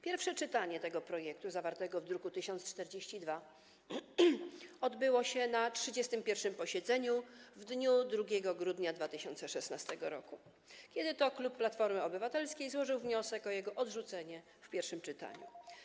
Pierwsze czytanie projektu zawartego w druku nr 1042 odbyło się na 31. posiedzeniu w dniu 2 grudnia 2016 r, kiedy to klub Platformy Obywatelskiej złożył wniosek o jego odrzucenie w pierwszym czytaniu.